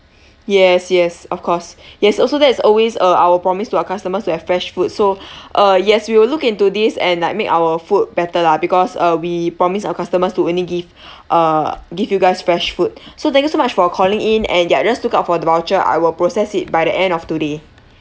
yes yes of course yes also that is always uh our promise to our customers to have fresh foods so uh yes we will look into this and like make our food better lah because uh we promise our customers to only give uh give you guys fresh food so thank you so much for calling in and yeah just look out for the voucher I will process it by the end of today